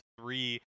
three